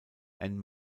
ann